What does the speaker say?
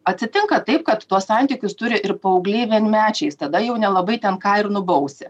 atsitinka taip kad tuos santykius turi ir paaugliai vienmečiais tada jau nelabai ten ką ir nubausi